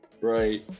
Right